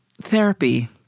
Therapy